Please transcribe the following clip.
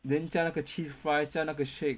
then 加那个 cheese fries 加那个 shake